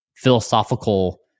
philosophical